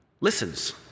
listens